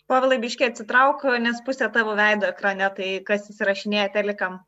povilai biškį atsitrauk nes pusė tavo veido ekrane tai kas įrašinėja telikam